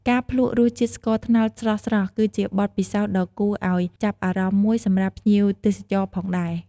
ការភ្លក់រសជាតិស្ករត្នោតស្រស់ៗ គឺជាបទពិសោធន៍ដ៏គួរឲ្យចាប់អារម្មណ៍មួយសម្រាប់ភ្ញៀវទេសចរផងដែរ។